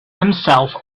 himself